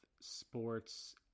sports